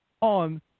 on